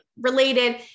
related